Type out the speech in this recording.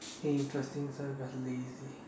interesting story about lazy